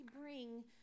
bring